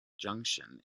junction